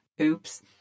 Oops